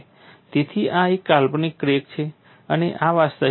તેથી આ એક કાલ્પનિક ક્રેક છે અને આ વાસ્તવિક ક્રેક છે